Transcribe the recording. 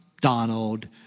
Donald